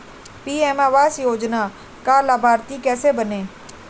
PM आवास योजना का लाभर्ती कैसे बनें?